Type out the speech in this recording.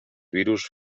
virus